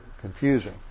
confusing